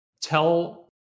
tell